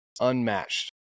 unmatched